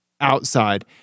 outside